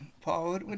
Paul